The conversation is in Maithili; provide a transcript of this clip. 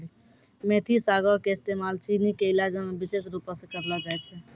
मेथी सागो के इस्तेमाल चीनी के इलाजो मे विशेष रुपो से करलो जाय छै